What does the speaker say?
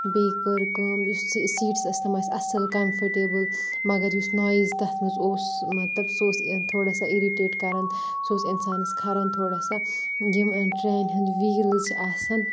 بیٚیہِ کٔر کٲم یُس سیٖ سیٖٹٕس ٲسۍ تِم ٲسۍ اَصٕل کَمفٲٹیبٕل مگر یُس نۄیِز تَتھ منٛز اوس مطلب سُہ اوس تھوڑا سا اِرِٹیٹ کَرَان سُہ اوس اِنسانَس کھَرَان تھوڑا سا یِم ٹرٛینہِ ہُنٛد ویٖلٕز چھِ آسَان